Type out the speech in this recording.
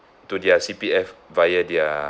to their C_P_F via their